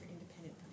independent